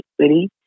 city